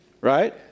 Right